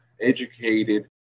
educated